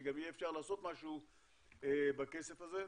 שגם יהיה אפשר לעשות משהו בכסף הזה.